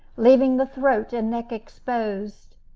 leaving the throat and neck exposed.